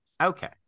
Okay